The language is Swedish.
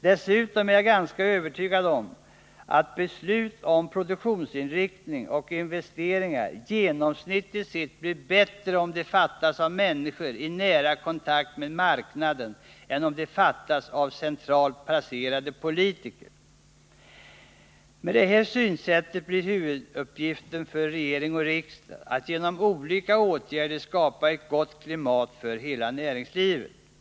Dessutom är jag ganska övertygad om att beslut om produktionsinriktning och investeringar genomsnittligt sett blir bättre om de fattas av människor i nära kontakt med marknaden än om de fattas av centralt placerade politiker. Med det här synsättet blir huvuduppgiften för regering och riksdag att genom olika åtgärder skapa ett gott klimat för hela näringslivet.